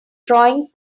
drawing